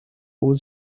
was